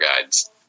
guides